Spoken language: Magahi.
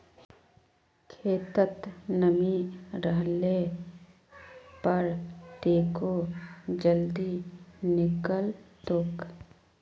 खेतत नमी रहले पर टेको जल्दी निकलतोक